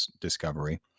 discovery